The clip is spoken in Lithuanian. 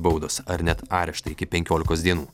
baudos ar net areštą iki penkiolikos dienų